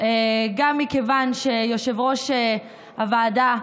גם מכיוון שיושב-ראש הוועדה,